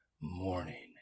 Morning